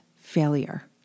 failure